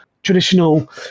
traditional